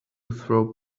throw